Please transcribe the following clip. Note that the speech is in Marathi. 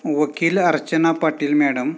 वकील अर्चना पाटील मॅडम